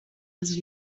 els